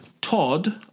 Todd